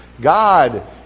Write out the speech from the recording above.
God